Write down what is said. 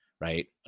right